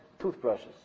toothbrushes